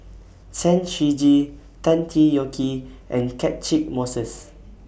Chen Shiji Tan Tee Yoke and Catchick Moses